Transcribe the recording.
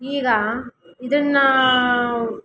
ಈಗ ಇದನ್ನು